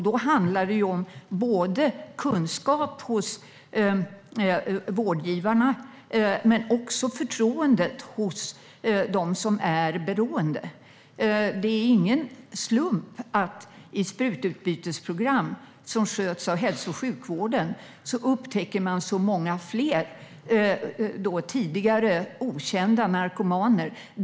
Då handlar det om kunskap hos vårdgivarna men också om förtroendet hos dem som är beroende. Det är ingen slump att man i sprututbytesprogram som sköts av hälso och sjukvården upptäcker så många fler tidigare okända narkomaner.